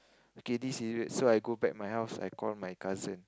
okay this serious so I go back my house I call my cousin